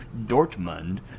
Dortmund